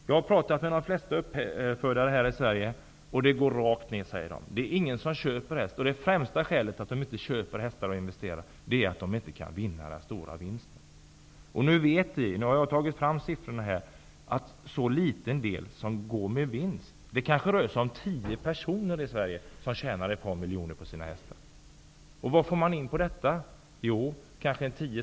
Jag har talat med de flesta uppfödare i Sverige. De säger att det bara går rakt nedåt. Det är ingen som köper hästar. Det främsta skälet till att de inte investerar i en häst är att de inte kan få den stora vinsten. Vi vet att det är en så liten del av hästarna som går med vinst. Det kanske rör sig om tio personer i Sverige som tjänar ett par miljoner på sina hästar. Men vad får staten in i skatt på detta?